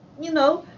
you know,